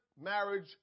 marriage